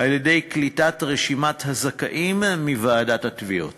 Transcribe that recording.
על-ידי קליטת רשימת הזכאים מוועידת התביעות.